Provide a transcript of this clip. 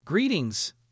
Greetings